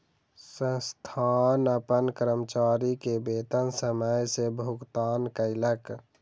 संस्थान अपन कर्मचारी के वेतन समय सॅ भुगतान कयलक